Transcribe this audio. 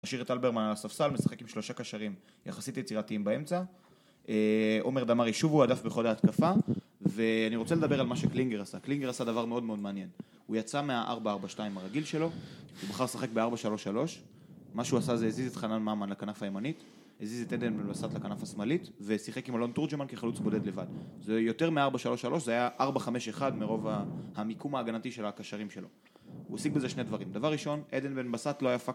אשאיר את אלברמן על הספסל, משחק עם שלושה קשרים, יחסית יצירתיים באמצע. עומר דמרי, שוב הוא הדף בכל התקפה, ואני רוצה לדבר על מה שקלינגר עשה. קלינגר עשה דבר מאוד מאוד מעניין. הוא יצא מה-4-4-2 הרגיל שלו, הוא בחר לשחק ב-4-3-3. מה שהוא עשה זה, הזיז את חנן ממן לכנף הימנית, הזיז את עדן בן בסת לכנף השמאלית, ושיחק עם אלון תורג'מן כחלוץ בודד לבד. זה יותר מ-4-3-3, זה היה 4-5-1 מרוב המיקום ההגנתי של הקשרים שלו. הוא השיג בזה שני דברים. דבר ראשון, עדן בן בסת לא היה...